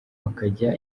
bakajya